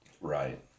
Right